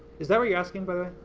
is that what you're asking but